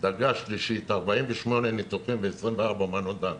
דרגה שלישית, 48 ניתוחים ו-24 מנות דם